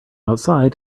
outside